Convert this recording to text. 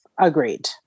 Agreed